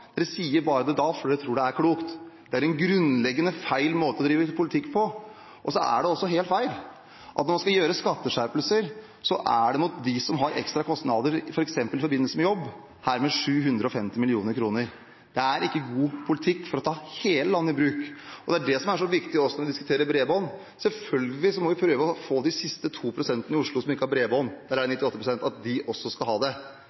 Dere sier det bare da fordi dere tror det er klokt. Det er en grunnleggende feil måte å drive politikk på. Det er også helt feil at når man skal gjøre skatteskjerpelser, så er det mot dem som har ekstra kostnader f.eks. i forbindelse med jobb – her med 750 mill. kr. Det er ikke god politikk for å ta hele landet i bruk. Det er det som er så viktig også når vi diskuterer bredbånd: Selvfølgelig må vi prøve å få til at de to siste prosentene i Oslo som ikke har bredbånd – her er det 98 pst. –også skal ha det.